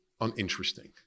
uninteresting